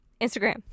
instagram